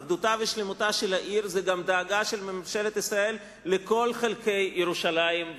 אחדותה ושלמותה של העיר זה גם דאגה של ממשלת ישראל לכל חלקי ירושלים,